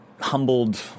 humbled